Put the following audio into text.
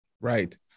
Right